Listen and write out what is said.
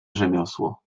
rzemiosło